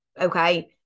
Okay